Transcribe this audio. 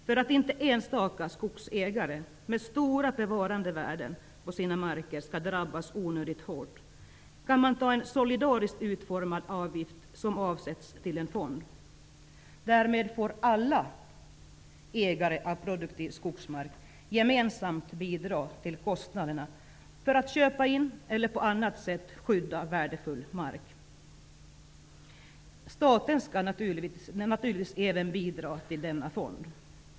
För att inte enstaka skogsägare med stora bevarandevärden på sina marker skall drabbas onödigt hårt kan man ta ut en solidariskt utformad avgift som avsätts till en fond. Därmed får alla ägare av produktiv skogsmark gemensamt bidra till att täcka kostnaderna för att köpa in eller på annat sätt skydda värdefull mark. Även staten skall naturligtvis ge sitt bidrag till denna fond.